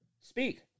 speak